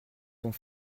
sont